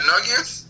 Nuggets